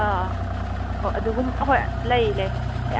ꯑꯥ ꯍꯣ ꯑꯗꯨꯒꯨꯝ ꯍꯣꯏ ꯂꯩ ꯂꯩ